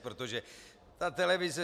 Protože ta televize...